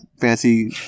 fancy